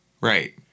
Right